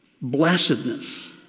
blessedness